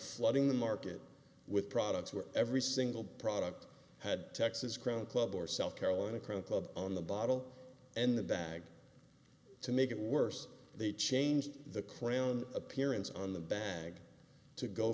slugging the market with products where every single product had texas crown club or south carolina crown club on the bottle and the bag to make it worse they changed the crown appearance on the bag to go